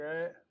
right